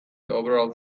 overall